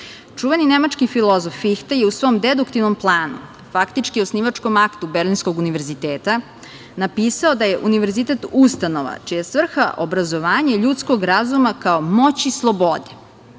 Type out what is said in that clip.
nemački filozof Fihte je u svom deduktivnom planu, faktički osnivačkom aktu Berlinskog univerziteta, napisao da je univerzitet ustanova čija je svrha obrazovanje ljudskog razuma, kao moći slobode,